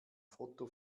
foto